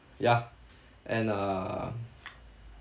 ya and uh